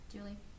Julie